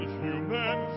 human